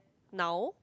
now